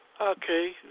Okay